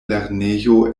lernejo